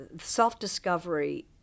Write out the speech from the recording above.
self-discovery